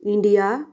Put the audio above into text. India